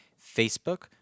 Facebook